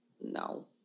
No